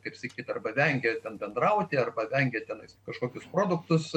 kaip sakyt arba vengia ten bendrauti arba vengia ten kažkokius produktus